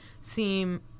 seem